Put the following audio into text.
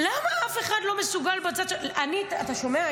למה אף אחד לא מסוגל בצד, אתה שומע?